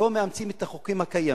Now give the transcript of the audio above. לא מאמצים את החוקים הקיימים.